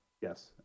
Yes